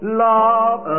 love